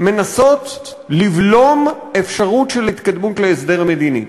מנסים לבלום אפשרות של התקדמות להסדר מדיני.